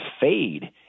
fade